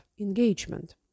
engagement